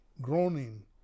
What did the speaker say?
groaning